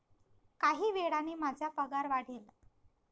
काही वेळाने माझा पगार वाढेल